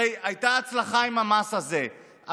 הרי הייתה הצלחה עם המס הזה,